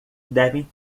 devem